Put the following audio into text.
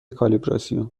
کالیبراسیون